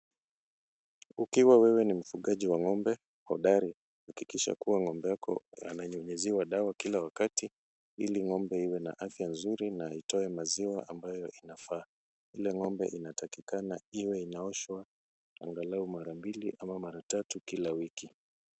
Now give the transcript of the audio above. Ukiwa wewe ni mfugaji wa ng'ombe hodari, hakikisha kuwa ng'ombe wako ananyunyuziwa dawa kila wakati ili ng'ombe iwe na afya nzuri na itoe maziwa ambayo inafaa. Ile ng'ombe inatakikana iwe inaoshwa angalau mara mbili ama mara tatu kila wiki.